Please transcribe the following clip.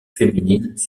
féminines